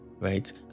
right